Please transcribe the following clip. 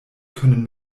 können